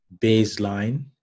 baseline